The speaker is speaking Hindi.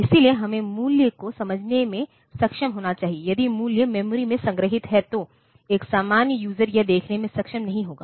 इसलिए हमें मूल्य को समझने में सक्षम होना चाहिए यदि मूल्य मेमोरी में संग्रहीत है तो एक सामान्य यूजर यह देखने में सक्षम नहीं होगा